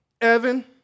Evan